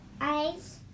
eyes